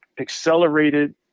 accelerated